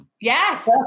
Yes